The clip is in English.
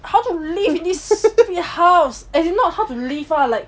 how to live in this stupid house as in not how to live lah like